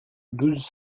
douze